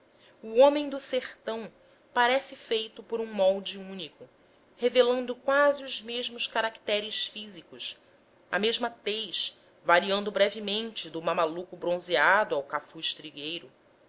o homem do sertão parece feito por um molde único revelando quase os mesmos caracteres físicos a mesma tez variando brevemente do mamaluco bronzeado ao cafuz trigueiro